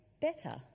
Better